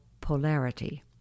polarity